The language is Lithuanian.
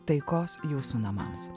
taikos jūsų namams